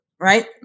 right